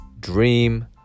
Dream